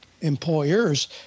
employers